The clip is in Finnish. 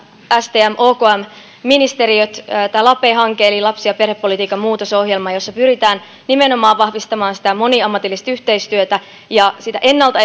stm okm tämä lape hanke eli lapsi ja perhepolitiikan muutosohjelma jossa pyritään nimenomaan vahvistamaan sitä moniammatillista yhteistyötä ja ennalta